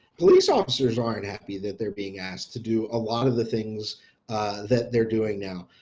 police officers aren't happy that they're being asked to do a lot of the things that they're doing now.